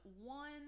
one